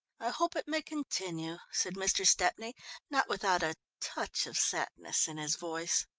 i hope it may continue, said mr. stepney not without a touch of sadness in his voice.